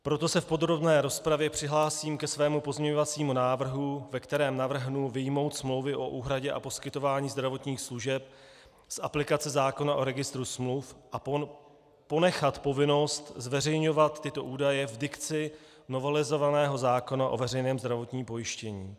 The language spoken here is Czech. Proto se v podrobné rozpravě přihlásím ke svému pozměňovacímu návrhu, ve kterém navrhnu vyjmout smlouvy o úhradě a poskytování zdravotních služeb z aplikace zákona o Registru smluv a ponechat povinnost zveřejňovat tyto údaje v dikci novelizovaného zákona o veřejném zdravotním pojištění.